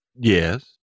Yes